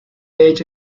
hecho